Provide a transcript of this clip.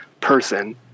person